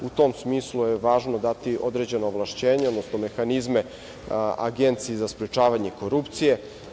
U tom smislu je važno dati određena ovlašćenja, odnosno mehanizme Agenciji za sprečavanje korupcije.